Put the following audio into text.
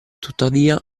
tuttavia